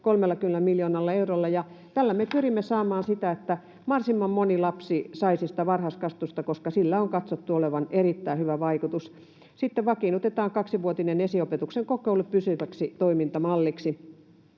30 miljoonalla eurolla. Tällä me pyrimme saamaan sitä, että mahdollisimman moni lapsi saisi varhaiskasvatusta, koska sillä on katsottu olevan erittäin hyvä vaikutus. Sitten vakiinnutetaan kaksivuotinen esiopetuksen kokeilu pysyväksi toimintamalliksi.